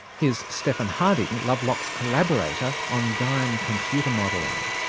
here's stephan harding, lovelock's collaborator on gaian computer modelling.